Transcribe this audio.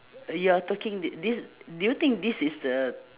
you're talking thi~ this do you think this is the